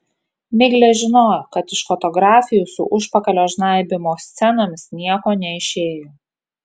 miglė žinojo kad iš fotografijų su užpakalio žnaibymo scenomis nieko neišėjo